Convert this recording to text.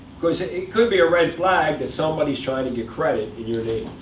because it could be a red flag that somebody is trying to get credit in your name.